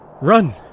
Run